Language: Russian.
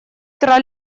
тра